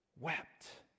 Wept